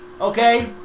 okay